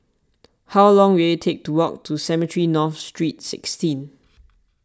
how long will it take to walk to Cemetry North Street sixteen